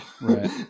Right